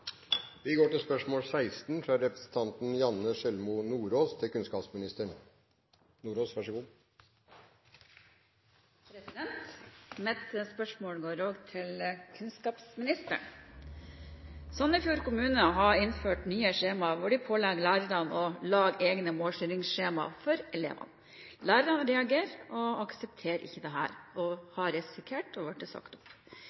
Mitt spørsmål går også til kunnskapsministeren: «Sandefjord kommune har nå innført nye skjemaer hvor de pålegger lærerne å lage egne målstyringsskjema på elevene. Lærerne reagerer og aksepterer ikke dette, nå risikerer de å bli sagt opp.